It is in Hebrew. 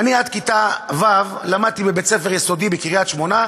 עד כיתה ו' למדתי בבית-ספר יסודי בקריית-שמונה,